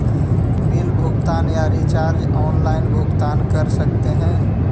Bill भुगतान या recharge online भुगतान कर सकते हैं?